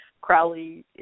Crowley